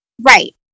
Right